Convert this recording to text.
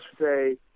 say